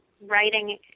writing